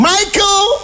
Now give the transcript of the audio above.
Michael